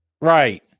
Right